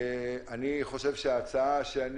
אני חושב שההצעה,